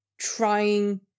Trying